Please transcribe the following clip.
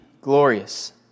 glorious